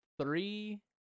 three